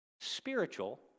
spiritual